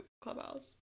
Clubhouse